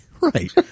right